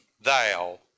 thou